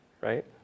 right